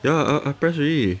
ya I I press already